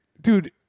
dude